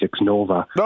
Nova